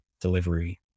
delivery